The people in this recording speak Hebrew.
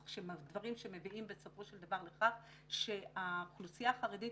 דברים שמביאים בסופו של דבר לכך שהאוכלוסייה החרדית